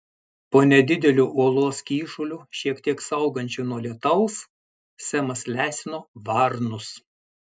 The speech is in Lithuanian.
po nedideliu uolos kyšuliu šiek tiek saugančiu nuo lietaus semas lesino varnus